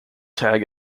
tag